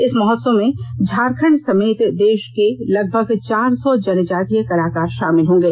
इस महोत्सव में झारखंड समेत देषभर से लगभग चार सौ जनजातीय कलाकार शामिल होंगे